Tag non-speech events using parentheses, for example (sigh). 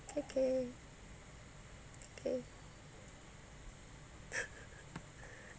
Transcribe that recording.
okay okay (laughs)